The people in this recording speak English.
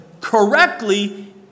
correctly